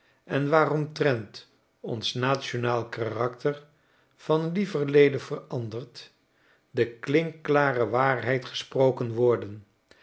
en waaromtrent ons nationaal karakter van lieverlede verandert de klinkklare waarheid gesproken worden